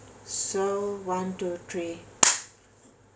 so one two three